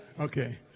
Okay